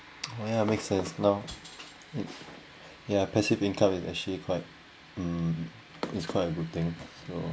yeah makes sense now yeah passive income is actually quite um it's quite a good thing so